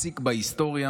פסיק בהיסטוריה,